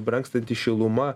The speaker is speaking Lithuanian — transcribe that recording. brangstanti šiluma